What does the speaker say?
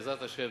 בעזרת השם,